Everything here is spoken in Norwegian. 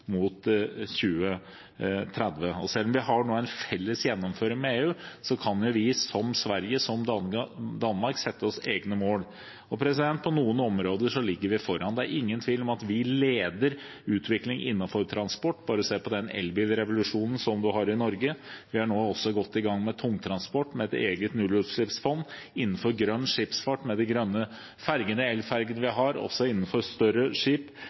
mot 2030, og selv om vi nå har en felles gjennomføring med EU, kan vi som Sverige og Danmark sette oss egne mål. På noen områder ligger vi foran. Det er ingen tvil om at vi leder utviklingen innenfor transport, bare se på den elbilrevolusjonen som man har i Norge. Vi er nå også godt i gang med tungtransport og med et eget nullutslippsfond. Innenfor grønn skipsfart, med de grønne fergene, elfergene, og også innenfor større skip